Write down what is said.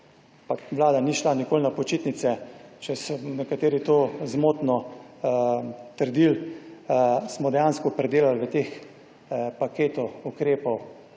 Vlada ni šla nikoli na počitnice, če so nekateri to zmotno trdili, smo dejansko predelali v tem paketu ukrepov